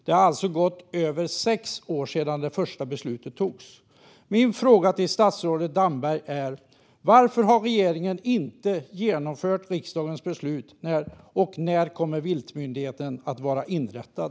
Det har alltså gått över sex år sedan det första beslutet fattades. Min fråga till statsrådet Damberg är: Varför har regeringen inte genomfört riksdagens beslut, och när kommer viltmyndigheten att vara inrättad?